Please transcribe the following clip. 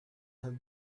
have